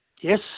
Yes